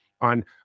on